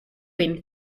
queen